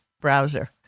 browser